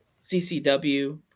CCW